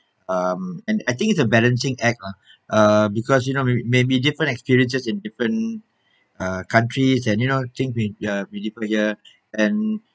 um and I think it's a balancing act uh because you know maybe maybe different experiences in different uh countries and you know things may msy differ here and